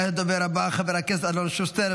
כעת לדובר הבא, חבר הכנסת אלון שוסטר,